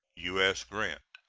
u s. grant.